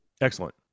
excellent